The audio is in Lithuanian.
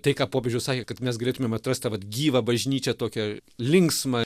tai ką popiežius sakė kad mes galėtumėm atrast tą vat gyvą bažnyčią tokią linksmą